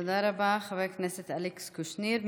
תודה רבה, חבר הכנסת אלכס קושניר.